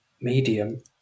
medium